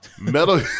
Metal